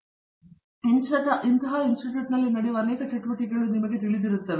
ಇಂಥವುಗಳಲ್ಲಿ ಇಡೀ ರೀತಿಯ ಇನ್ಸ್ಟಿಟ್ಯೂಟ್ನಲ್ಲಿ ನಡೆಯುವ ಚಟುವಟಿಕೆಗಳು ನಿಮಗೆ ತಿಳಿದಿರುತ್ತವೆ